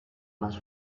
más